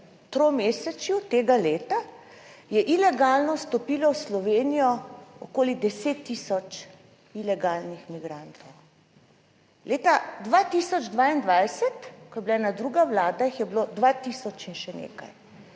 tromesečju tega leta, je ilegalno vstopilo v Slovenijo okoli 10 tisoč ilegalnih migrantov, leta 2022, ko je bila ena druga vlada jih je bilo 2 tisoč in še nekaj,